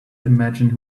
imagine